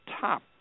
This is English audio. top